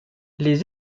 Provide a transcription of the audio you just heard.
les